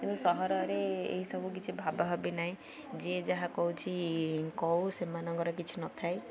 କିନ୍ତୁ ସହରରେ ଏହିସବୁ କିଛି ଭବା ଭବେ ନାହିଁ ଯିଏ ଯାହା କହୁଛି କହୁ ସେମାନଙ୍କର କିଛି ନ ଥାଏ